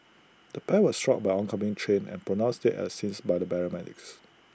the pair were struck by oncoming train and pronounced dead at the scenes by paramedics